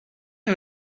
are